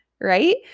right